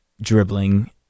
dribbling